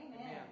Amen